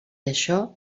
això